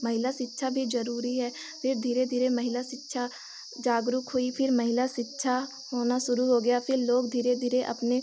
महिला शिक्षा भी ज़रूरी है फिर धीरे धीरे महिला शिक्षा जागरूक हुई फिर महिला शिक्षा होना शुरू हो गया फिर लोग धीरे धीरे अपने